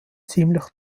ziemlich